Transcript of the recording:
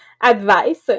advice